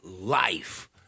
life